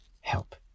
help